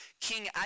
King